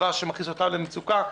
דבר שמכניס אותם למצוקה.